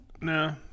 Nah